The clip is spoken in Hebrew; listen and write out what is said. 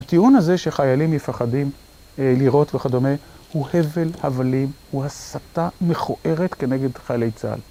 הטיעון הזה שחיילים מפחדים לירות וכדומה, הוא הבל הבלים, הוא הסתה מכוערת כנגד חיילי צה״ל.